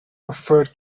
referred